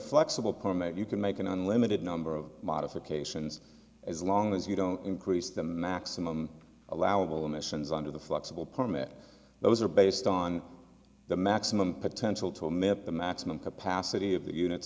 flexible permit you can make an unlimited number of modifications as long as you don't increase the maximum allowable emissions under the flexible permit those are based on the maximum potential to admit the maximum capacity of the units